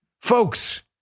Folks